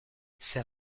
ses